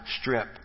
Strip